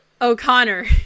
o'connor